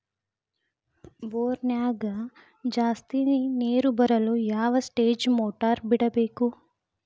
ಬೋರಿನ್ಯಾಗ ಜಾಸ್ತಿ ನೇರು ಬರಲು ಯಾವ ಸ್ಟೇಜ್ ಮೋಟಾರ್ ಬಿಡಬೇಕು?